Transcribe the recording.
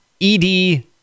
ED